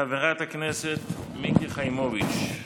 חברת הכנסת מיקי חיימוביץ',